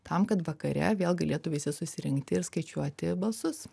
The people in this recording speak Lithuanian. tam kad vakare vėl galėtų visi susirinkti ir skaičiuoti balsus